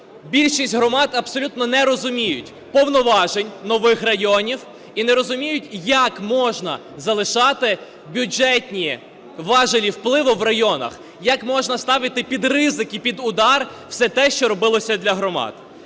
більшість громад абсолютно не розуміють повноважень нових районів і не розуміють, як можна залишати бюджетні важелі впливу в районах. Як можна ставити під ризик і під удар все те, що робилося для громад?